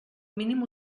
mínim